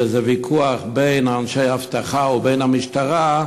וזה ויכוח בין אנשי האבטחה ובין המשטרה,